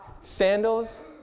sandals